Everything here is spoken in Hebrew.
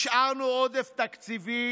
השארנו עודף תקציבי,